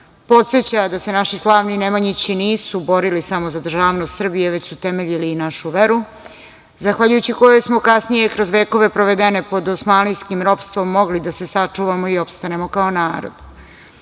podseća da se naši slavni Nemanjići nisu borili samo za državnost Srbije, već su temeljili našu veru, zahvaljujući kojom smo kasnije kroz vekove provedene pod osmanlijskim ropstvom mogli da se sačuvamo i opstanemo kao narod.